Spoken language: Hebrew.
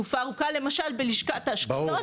למשל בלשכת אשדוד --- ברור,